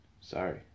Sorry